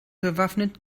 bewaffnet